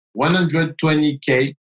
120k